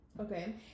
Okay